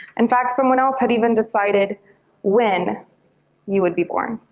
in fact, someone else had even decided when you would be born.